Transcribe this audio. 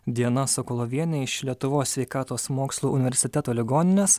diana sokolovienė iš lietuvos sveikatos mokslų universiteto ligoninės